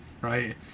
right